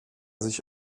sich